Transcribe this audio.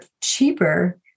cheaper